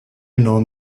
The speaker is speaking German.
norm